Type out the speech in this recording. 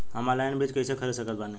हम ऑनलाइन बीज कइसे खरीद सकत बानी?